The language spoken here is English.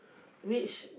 which